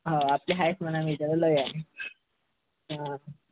हो आपले आहेत म्हणा मित्र लई आहेत हां